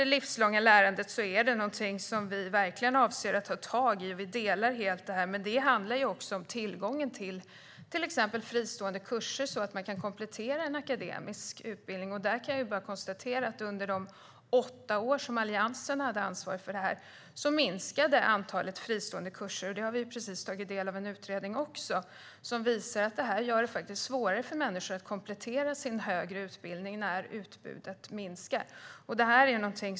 Det livslånga lärandet är något vi avser att ta tag i, och vi delar uppfattningen om vikten av det. Det handlar till exempel om tillgången till fristående kurser så att man kan komplettera en akademisk utbildning. Jag kan konstatera att under de åtta år som Alliansen hade ansvaret minskade antalet fristående kurser, vilket vi precis har tagit del av i en utredning. Den visar att det är svårare för människor att komplettera sin högre utbildning när utbudet minskar.